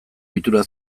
ohitura